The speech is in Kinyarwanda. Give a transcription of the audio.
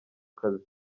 kazi